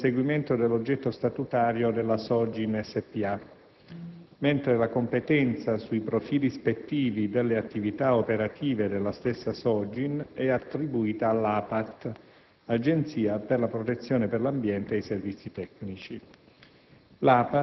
per il conseguimento dell'oggetto statutario della SOGIN S.p.a, mentre la competenza sui profili ispettivi delle attività operative della stessa SOGIN è attribuita all'APAT (Agenzia per la protezione dell'ambiente e i servizi tecnici).